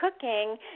cooking